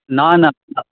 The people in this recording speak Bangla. না না না